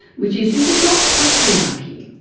which is, this is not patriarchy.